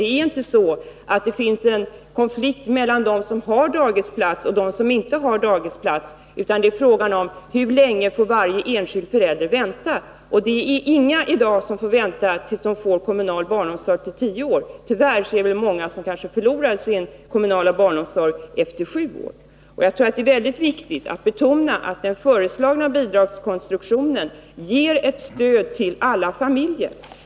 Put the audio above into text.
Det är inte så, att det finns en konflikt mellan dem som har dagisplats och dem som inte har det, utan det är fråga om hur länge varje enskild förälder får vänta. Ingen behöver i dag vänta på kommunal barnomsorg tills barnet har fyllt tio år. Tyvärr är det kanske några som förlorar den kommunala barnomsorgen, när barnet fyllt sju år. Jag tror det är väldigt viktigt att betona att den föreslagna bidragskon struktionen ger ett stöd till alla familjer.